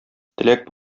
теләк